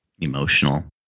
emotional